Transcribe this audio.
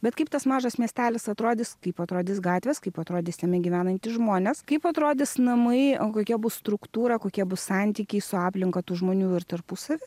bet kaip tas mažas miestelis atrodys kaip atrodys gatvės kaip atrodys jame gyvenantys žmonės kaip atrodys namai o kokia bus struktūra kokie bus santykiai su aplinka tų žmonių ir tarpusavy